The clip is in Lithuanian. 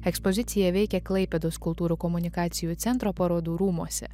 ekspozicija veikia klaipėdos kultūrų komunikacijų centro parodų rūmuose